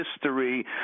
history